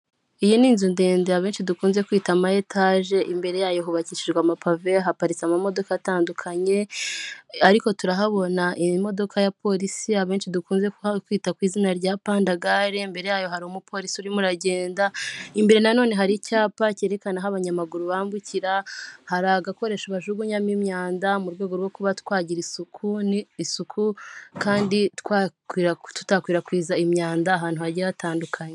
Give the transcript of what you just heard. iyi ni inzu ndende abenshi dukunze kwita ama etaje, imbere yayo hubakishijwe amapave, haparitse amamodoka atandukanye ariko turahabona imodoka ya polisi abenshi dukunze kwita ku izina rya pandagare, imbere yayo hari umupolisi urimo aragenda, imbere nanone hari icyapa cyerekana aho abanyamaguru bambukira, hari agakoresho bajugunyamo imyanda mu rwego rwo kuba twagira isuku, ni isuku kandi tudakwirakwiza imyanda ahantu hagiye hatandukanye.